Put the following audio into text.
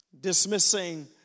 Dismissing